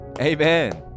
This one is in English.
Amen